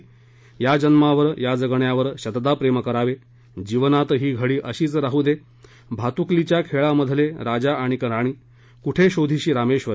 या जन्मावर या जगण्यावर शतदा प्रेम करावे जीवनात ही घडी अशीच राहू दे भातुकलीच्या खेळामधील राजा आणिक राणी कुठे शोधिशी रामेश्वर